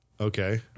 Okay